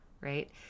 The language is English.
right